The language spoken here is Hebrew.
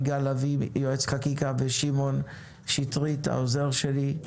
יגאל לוין יועץ חקיקה ושמעון שטרית העוזר שלי.